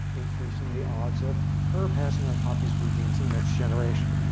increasing the odds of her passing on copies of her genes in the next generation.